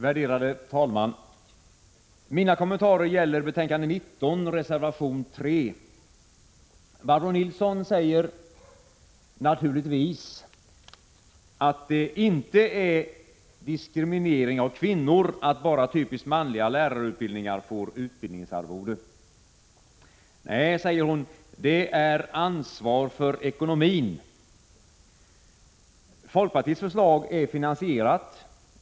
Herr talman! Mina kommentarer nu gäller betänkande 19, reservation 3. Barbro Nilsson säger naturligtvis att det inte är diskriminering av kvinnor att bara typiskt manliga lärarutbildningar får utbildningsarvode. Hon hävdar att anledningen är ansvar för ekonomin. Men folkpartiets förslag är också finansierat.